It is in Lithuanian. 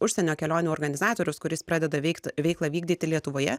užsienio kelionių organizatorius kuris pradeda veikt veiklą vykdyti lietuvoje